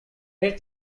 hit